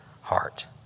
heart